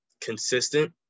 consistent